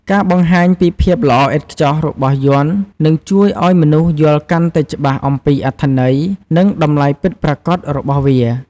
ការបង្ហាញពីភាពល្អឥតខ្ចោះរបស់យ័ន្ត នឹងជួយឱ្យមនុស្សយល់កាន់តែច្បាស់អំពីអត្ថន័យ និងតម្លៃពិតប្រាកដរបស់វា។